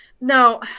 now